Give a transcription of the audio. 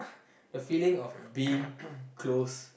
the feeling of being close